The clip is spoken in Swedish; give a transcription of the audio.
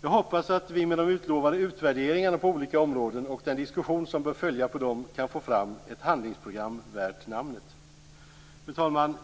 Jag hoppas att vi med de utlovade utvärderingarna på olika områden och den diskussion som bör följa på dem kan få fram ett handlingsprogram värt namnet. Fru talman!